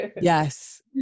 yes